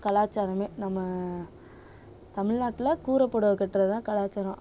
கலாச்சாரமே நம்ம தமிழ்நாட்டில் கூரைப்பொடவ கட்டுறது தான் கலாச்சாரம்